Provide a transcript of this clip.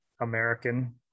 american